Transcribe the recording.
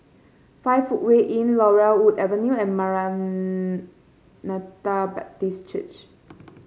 Five Footway Inn Laurel Wood Avenue and Maranatha Baptist Church